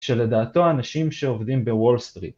שלדעתו האנשים שעובדים בוול סטריט